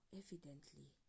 evidently